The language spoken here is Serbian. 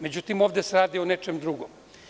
Međutim, ovde se radi o nečem drugom.